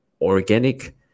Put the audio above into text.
organic